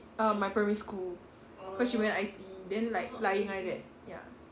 err my primary school cause she went I_T_E then like lai ying like that ya